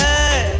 Hey